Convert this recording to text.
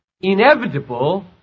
inevitable